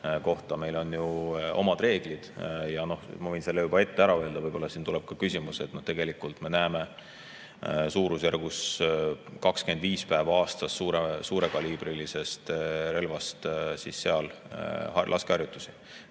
kohta meil on ju omad reeglid ja ma võin selle juba ette ära öelda, võib-olla siin tuleb ka küsimus, et tegelikult me näeme seal suurusjärgus 25 päeval aastas suurekaliibrilisest relvast laskeharjutusi.